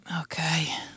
Okay